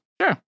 Sure